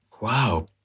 Wow